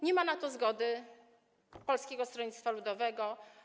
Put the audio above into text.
Nie ma na to zgody Polskiego Stronnictwa Ludowego.